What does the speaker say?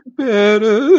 better